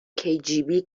kgb